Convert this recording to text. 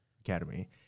Academy